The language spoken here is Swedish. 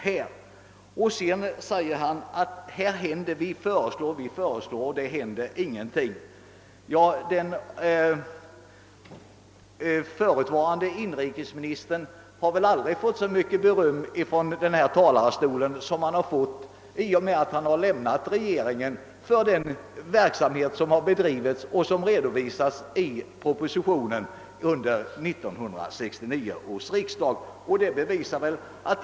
Han sade att förslag framställts gång på gång men ingenting händer. Den förutvarande inrikesministern har väl aldrig fått så mycket beröm från den här talarstolen för den verksamhet som har bedrivits och som redovisas i propositioner under 1969 års riksdag som sedan han lämnat regeringen.